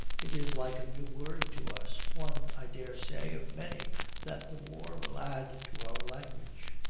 it is like a new word to us one, i daresay, of many that the war will add to our language.